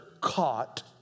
caught